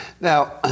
Now